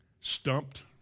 stumped